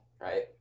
right